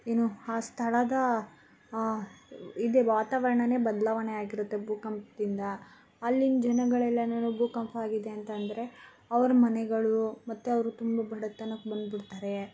ಏನು ಆ ಸ್ಥಳದ ಇದೆ ವಾತಾವರಣಾನೇ ಬದಲಾವಣೆ ಆಗಿರುತ್ತೆ ಭೂಕಂಪದಿಂದ ಅಲ್ಲಿನ ಜನಗಳೆಲ್ಲನು ಭೂಕಂಪ ಆಗಿದೆ ಅಂತ ಅಂದರೆ ಅವ್ರ ಮನೆಗಳು ಮತ್ತೆ ಅವ್ರ ತುಂಬ ಬಡತನಕ್ಕೆ ಬಂದ್ಬಿಡ್ತಾರೆ